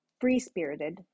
free-spirited